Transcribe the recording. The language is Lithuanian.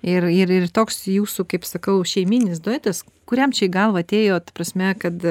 ir ir ir toks jūsų kaip sakau šeimyninis duetas kuriam čia į galvą atėjo ta prasme kad